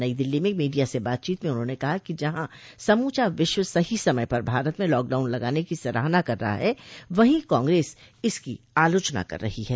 नई दिल्ली में मीडिया से बातचीत में उन्होंने कहा कि जहां समूचा विश्व सही समय पर भारत में लॉकडाउन लगाने की सराहना कर रहा है वहीं कांग्रेस इसकी आलोचना कर रही है